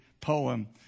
poem